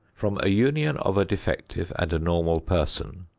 from a union of a defective and a normal person,